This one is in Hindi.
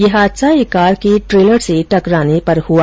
ये हादसा एक कार के ट्रेलर से टकराने से हुआ